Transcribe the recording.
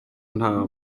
nta